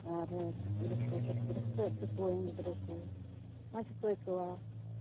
ᱟᱨ ᱨᱟᱹᱥᱠᱟᱹᱚᱪᱚ ᱠᱚᱣᱟᱹᱧ ᱜᱤᱫᱽᱨᱟᱹᱠᱩ ᱢᱚᱡᱽᱠᱩ ᱟᱹᱭᱠᱟᱹᱣᱟ